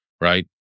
right